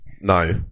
No